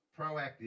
proactive